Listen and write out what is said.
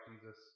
Jesus